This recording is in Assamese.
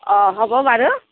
অঁ হ'ব বাৰু